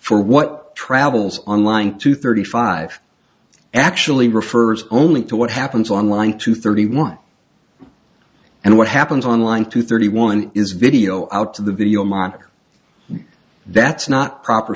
for what travels on line two thirty five actually refers only to what happens on line two thirty one and what happens on line two thirty one is video out to the video monitor that's not proper